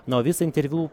na o visą interviu